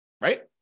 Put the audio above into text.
Right